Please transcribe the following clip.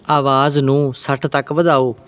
ਆਵਾਜ਼ ਨੂੰ ਸੱਠ ਤੱਕ ਵਧਾਓ